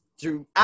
throughout